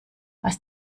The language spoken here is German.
was